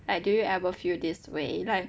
like do you ever feel this way like